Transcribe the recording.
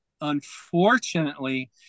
unfortunately –